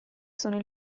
sono